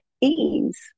ease